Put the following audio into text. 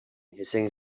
hissing